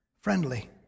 friendly